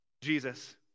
Jesus